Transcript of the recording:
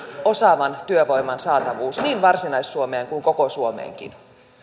osaavan työvoiman saatavuus niin varsinais suomeen kuin koko suomeenkin arvoisa puhemies